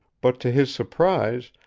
but, to his surprise,